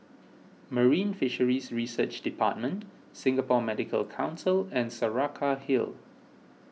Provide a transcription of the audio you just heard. Marine Fisheries Research Department Singapore Medical Council and Saraca Hill